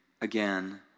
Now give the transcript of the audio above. again